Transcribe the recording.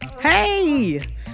Hey